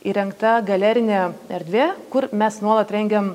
įrengta galerinė erdvė kur mes nuolat rengiam